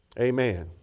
Amen